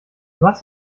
was